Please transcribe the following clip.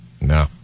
No